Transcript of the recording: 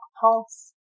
pulse